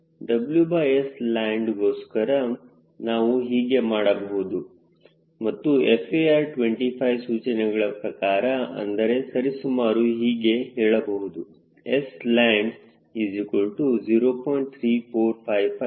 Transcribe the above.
WSland ಗೋಸ್ಕರ ನಾವು ಹೀಗೆ ಮಾಡಬಹುದು ಮತ್ತು FAR25 ಸೂಚನೆಗಳ ಪ್ರಕಾರ ಅಂದರೆ ಸರಿಸುಮಾರು ಹೀಗೆ ಹೇಳಬಹುದು Sland0